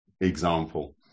example